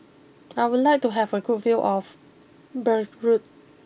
I would like to have a good view of Beirut